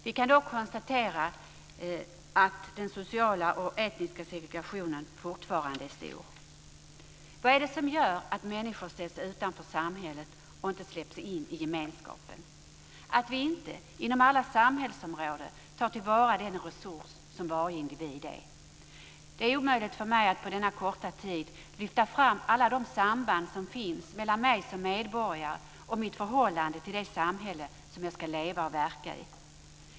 Vi kan dock konstatera att den sociala och etniska segregationen fortfarande är stor. Vad är det som gör att människor ställs utanför samhället och inte släpps in i gemenskapen, att vi inte inom alla samhällsområden tar till vara den resurs som varje individ är? Det är omöjligt för mig att på denna korta tid lyfta fram alla de samband som finns mellan mig som medborgare och mitt förhållande till det samhälle som jag ska leva och verka i.